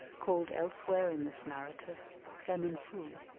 called elsewhere in this narrative clemen-foo.